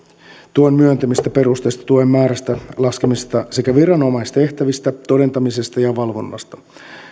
tuen myöntämisen perusteista tuen määrän laskemisesta sekä viranomaistehtävistä todentamisesta ja valvonnasta